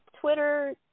Twitter